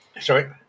sorry